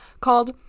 called